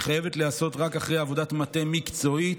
היא חייבת להיעשות רק אחרי עבודת מטה מקצועית.